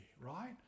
right